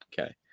okay